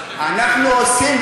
אנחנו עושים,